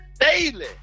daily